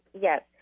Yes